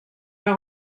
eur